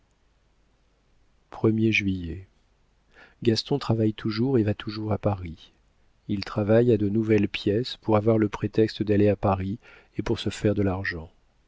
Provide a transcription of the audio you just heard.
juillet gaston travaille toujours et va toujours à paris il travaille à de nouvelles pièces pour avoir le prétexte d'aller à paris et pour se faire de l'argent